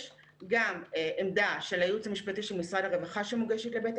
יש גם עמדה של הייעוץ המשפטי של משרד הרווחה וגם